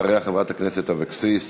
אחריה, חברת הכנסת אבקסיס,